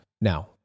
Now